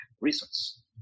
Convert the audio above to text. reasons